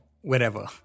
wherever